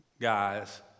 Guys